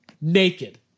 Naked